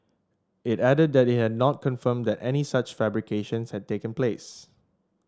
it added that it had not confirmed that any such fabrications had taken place